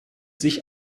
sich